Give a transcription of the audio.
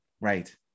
Right